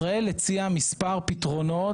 ישראל הציעה מספר פתרונות,